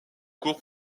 cours